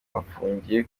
afungiye